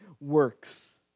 works